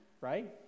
right